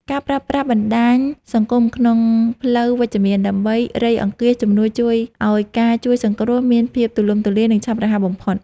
ការប្រើប្រាស់បណ្តាញសង្គមក្នុងផ្លូវវិជ្ជមានដើម្បីរៃអង្គាសជំនួយជួយឱ្យការជួយសង្គ្រោះមានភាពទូលំទូលាយ និងឆាប់រហ័សបំផុត។